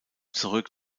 zurück